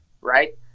Right